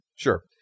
Sure